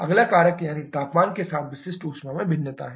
अगला कारक यानी तापमान के साथ विशिष्ट ऊष्मा में भिन्नता है